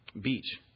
beach